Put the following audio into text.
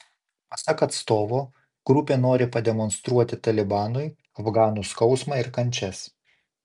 pasak atstovo grupė nori pademonstruoti talibanui afganų skausmą ir kančias